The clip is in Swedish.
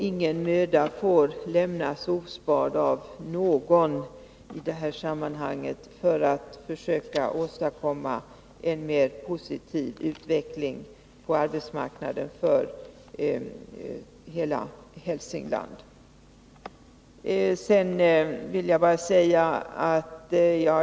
Ingen möda får lämnas ospard av någon i det här sammanhanget för att försöka åstadkomma en mer positiv utveckling på arbetsmarknaden för hela Hälsingland.